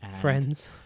friends